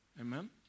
Amen